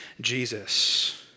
Jesus